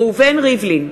ראובן ריבלין,